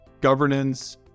governance